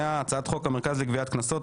חוק המרכז לגביית קנסות,